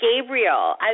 Gabriel